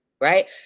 right